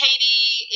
Katie